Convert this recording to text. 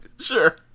Sure